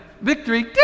victory